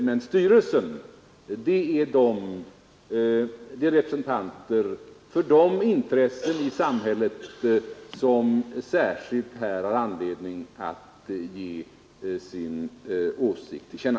Men styrelsen består av representanter för de intressen i samhället som här särskilt har anledning att ge sin åsikt till känna.